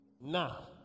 Now